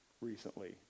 recently